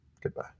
Goodbye